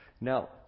Now